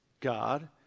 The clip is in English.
God